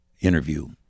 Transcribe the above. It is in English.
interview